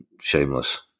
shameless